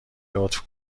لطف